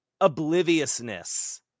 obliviousness